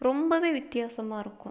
ரொம்ப வித்தியாசமாக இருக்கும்